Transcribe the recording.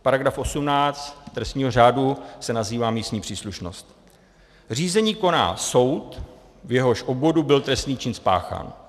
Paragraf 18 trestního řádu se nazývá místní příslušnost: Řízení koná soud, v jehož obvodu byl trestný čin spáchán.